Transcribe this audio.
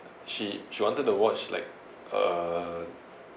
she she wanted the watch like uh